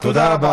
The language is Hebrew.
תודה רבה.